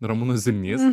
ramūnas zilnys